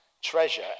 Treasure